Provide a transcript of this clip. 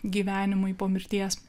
gyvenimui po mirties